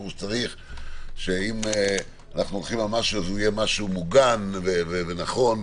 ברור שצריך שיהיה משהו מוגן ונכון,